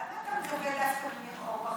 למה אתה פונה דווקא לניר אורבך,